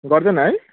गर्दैन है